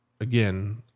again